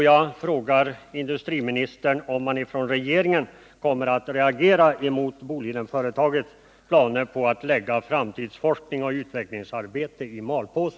Jag frågar industriministern om regeringen kommer att reagera mot Bolidenföretagets planer på att lägga framtidsforskning och utvecklingsarbete i malpåse.